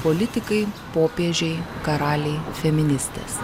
politikai popiežiai karaliai feministės